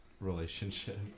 relationship